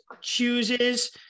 chooses